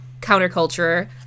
counterculture